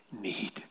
need